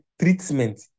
treatment